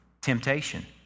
temptation